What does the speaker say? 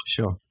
Sure